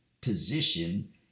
position